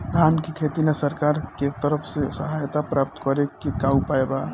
धान के खेती ला सरकार के तरफ से सहायता प्राप्त करें के का उपाय बा?